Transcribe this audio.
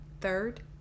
Third